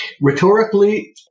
rhetorically